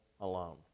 alone